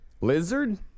lizard